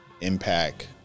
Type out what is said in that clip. Impact